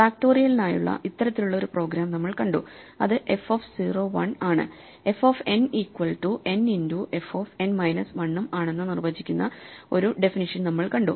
ഫാക്റ്റോറിയലിനായുള്ള ഇത്തരത്തിലുള്ള ഒരു പ്രോഗ്രാം നമ്മൾ കണ്ടു അത് എഫ് ഓഫ് 0 1 ആണ് f of n equal to n into f of n minus 1 ഉം ആണെന്ന് നിർവചിക്കുന്ന ഒരു ഡെഫിനിഷ്യൻ നമ്മൾ കണ്ടു